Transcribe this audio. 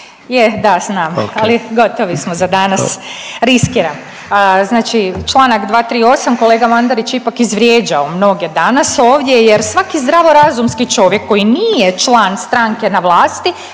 Ok./… Ali gotovi smo za danas, riskiram. Znači Članak 238., kolega Mandarić je ipak izvrijeđao mnoge danas ovdje jer svaki zdravorazumski čovjek koji nije član stranke na vlasti